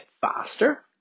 faster